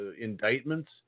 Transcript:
indictments